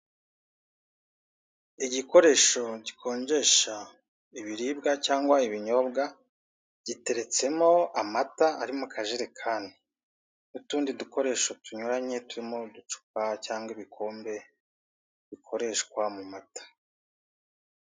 Igikoresho gikonjesha ibiribwa cyangwa ibinyobwa giteretsemo amata ari mu kajerekani, utundi dukoresho tunyuranye turimo uducupa cyangwa ibikombe bikoreshwa mu mata.